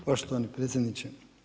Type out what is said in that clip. Poštovani predsjedniče.